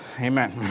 Amen